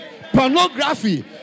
pornography